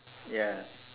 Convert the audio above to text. ya